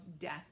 death